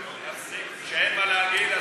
כשאין מה להגיד,